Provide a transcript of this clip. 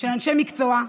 של אנשי מקצוע,